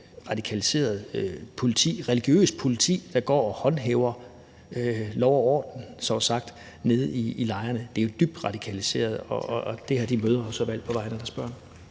radikaliseret, religiøst politi, der går og håndhæver lov og orden – så at sige – nede i lejrene. Det er dybt radikaliseret. Og det har de mødre så valgt på vegne af deres børn.